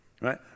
right